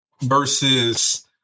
versus